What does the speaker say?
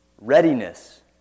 readiness